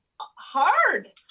hard